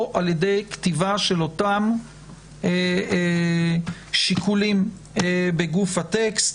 או על ידי כתיבה של אותם שיקולים בגוף הטקסט.